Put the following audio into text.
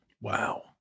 Wow